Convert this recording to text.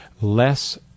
less